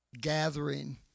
gathering